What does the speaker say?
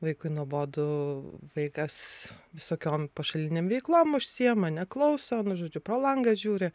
vaikui nuobodu vaikas visokiom pašalinėm veiklom užsiėma neklauso nu žodžiu pro langą žiūri